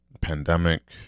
pandemic